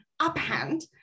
uphand